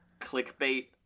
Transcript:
clickbait